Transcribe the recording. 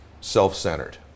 self-centered